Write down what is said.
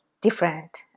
different